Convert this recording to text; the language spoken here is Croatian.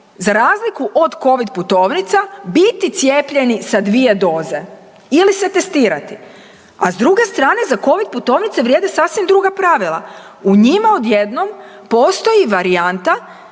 za razliku od Covid putovnica biti cijepljeni sa dvije doze ili se testirati, a s druge strane za Covid putovnice vrijede sasvim druga pravila. U njima odjednom postoji varijanta